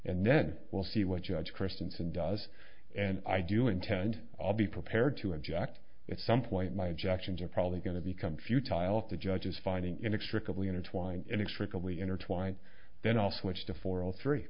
and then we'll see what judge christensen does and i do intend i'll be prepared to object at some point my objections are probably going to become few tile if the judge is finding inextricably intertwined inextricably intertwined then i'll switch to for all three